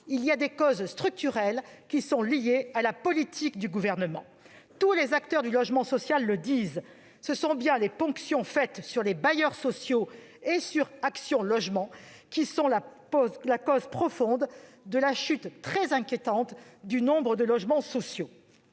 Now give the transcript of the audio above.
il y a des causes structurelles qui sont liées à la politique du Gouvernement. Tous les acteurs du logement social le disent : ce sont bien les ponctions faites sur les bailleurs sociaux et sur Action Logement qui sont la cause profonde de la chute très inquiétante du nombre de logements sociaux